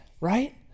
right